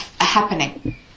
happening